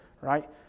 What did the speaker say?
right